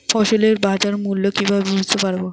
ফসলের বাজার মূল্য কিভাবে বুঝতে পারব?